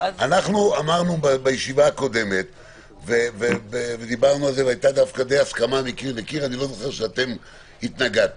אמרנו בישיבה הקודמת - והיתה די הסכמה מקיר לקיר לא זוכר שהתנגדתם,